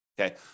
okay